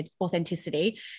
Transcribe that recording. authenticity